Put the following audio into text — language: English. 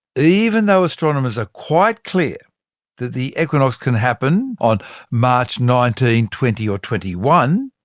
even though astronomers are quite clear that the equinox can happen on march nineteen, twenty or twenty one,